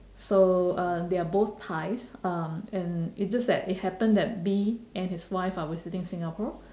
so uh they are both thais um and it just that it happen that B and his wife are visiting singapore